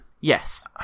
Yes